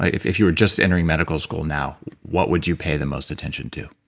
if if you are just entering medical school now, what would you pay the most attention to?